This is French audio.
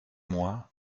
moi